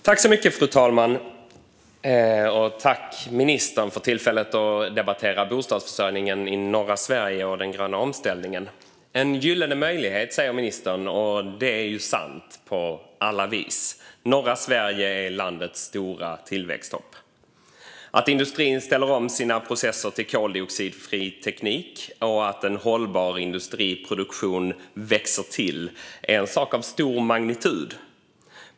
Fru talman! Jag tackar ministern för tillfället att debattera bostadsförsörjningen i norra Sverige och den gröna omställningen. Ministern säger att detta är en gyllene möjlighet, och det är ju sant på alla vis. Norra Sverige är landets stora tillväxthopp. Att industrin ställer om sina processer till koldioxidfri teknik och att en hållbar industriproduktion växer till är en sak av stor magnitud.